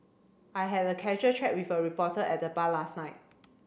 I had a casual chat with a reporter at the bar last night